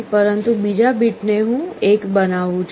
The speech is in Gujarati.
પરંતુ બીજા બીટ ને હું 1 બનાવું છું